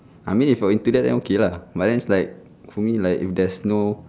I mean if you're into that then okay lah but then it's like to me like if there's no